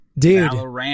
Dude